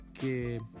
Que